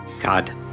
God